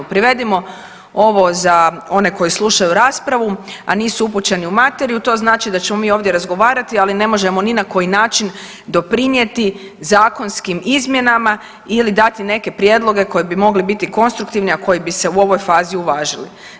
Prevedimo ovo za one koji slušaju raspravu, a nisu upućeni u materiju, to znači da ćemo mi ovdje razgovarati, ali ne možemo ni na koji način doprinijeti zakonskim izmjenama ili dati neke prijedloge koji bi mogli biti konstruktivni, a koji bi se u ovoj fazi uvažili.